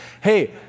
Hey